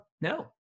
no